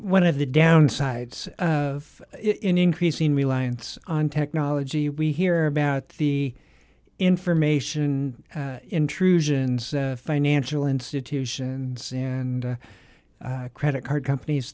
one of the downsides of increasing reliance on technology we hear about the information intrusions financial institution and soon and credit card companies